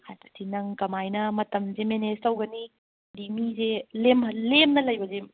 ꯍꯥꯏꯕꯗꯤ ꯅꯪ ꯀꯃꯥꯏꯅ ꯃꯇꯝꯁꯦ ꯃꯦꯅꯦꯖ ꯇꯧꯒꯅꯤ ꯍꯥꯏꯗꯤ ꯃꯤꯁꯦ ꯂꯦꯝꯅ ꯂꯩꯕꯁꯦ